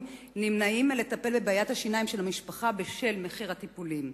נמנעים מלטפל בבעיית השיניים של המשפחה בשל מחיר הטיפולים.